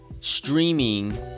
streaming